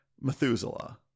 Methuselah